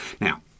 Now